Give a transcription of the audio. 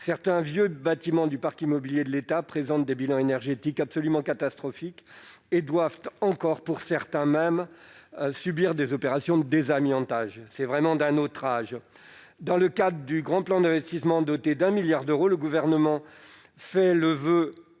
Certains vieux bâtiments du parc immobilier de l'État présentent des bilans énergétiques absolument catastrophiques et doivent encore, pour certains, subir des opérations de désamiantage. C'est vraiment d'un autre âge ! Dans le cadre du grand plan d'investissement doté de 1 milliard d'euros, le Gouvernement s'est